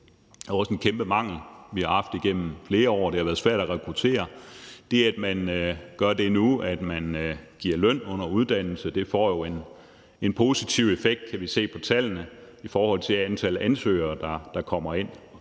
Det er også en kæmpe mangel, vi har haft igennem flere år. Det har været svært at rekruttere. Men det, at man nu giver løn under uddannelse, får jo en positiv effekt; det kan vi se på tallene i forhold til antal ansøgninger, der kommer ind.